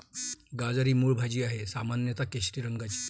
गाजर ही मूळ भाजी आहे, सामान्यत केशरी रंगाची